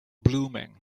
blooming